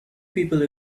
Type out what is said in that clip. people